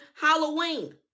halloween